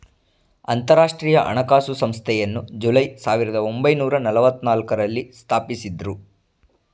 ಅಂತರಾಷ್ಟ್ರೀಯ ಹಣಕಾಸು ಸಂಸ್ಥೆಯನ್ನು ಜುಲೈ ಸಾವಿರದ ಒಂಬೈನೂರ ನಲ್ಲವತ್ತನಾಲ್ಕು ರಲ್ಲಿ ಸ್ಥಾಪಿಸಿದ್ದ್ರು